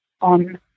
on